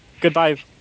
Goodbye